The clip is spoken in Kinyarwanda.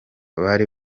bari